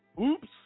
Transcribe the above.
Oops